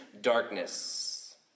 darkness